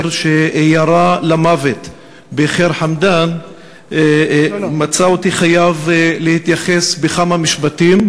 שירה למוות בח'יר חמדאן מצאה אותי חייב להתייחס בכמה משפטים,